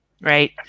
Right